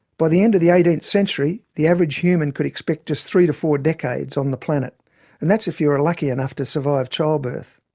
by the end of the eighteenth century, the average human could expect just three four decades on the planet and that's if you were lucky enough to survive childbirth.